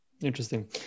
Interesting